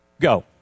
go